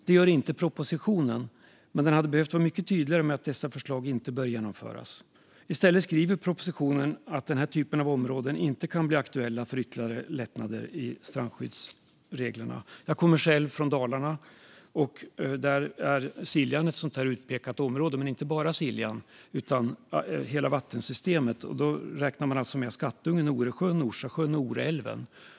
Det gör inte propositionen, men den hade behövt vara mycket tydligare med att dessa förslag inte bör genomföras. I stället står det i propositionen att denna typ av områden inte kan bli aktuella för ytterligare lättnader i strandskyddsreglerna. Jag kommer själv från Dalarna. Där är Siljan ett sådant utpekat område, men inte bara Siljan utan hela vattensystemet. Hit räknas Skattungen, Oresjön, Orsasjön och Oreälven.